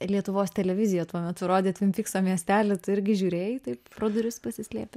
lietuvos televizija tuo metu rodė tvinpykso miestelį tu irgi žiūrėjai taip pro duris pasislėpę